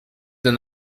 d’un